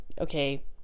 okay